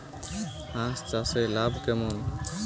হাঁস চাষে লাভ কেমন?